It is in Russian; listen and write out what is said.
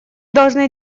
должны